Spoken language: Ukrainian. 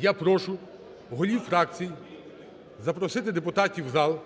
Я прошу голів фракцій запросити депутатів у зал.